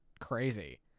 crazy